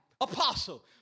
Apostle